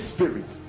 Spirit